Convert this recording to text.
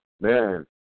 man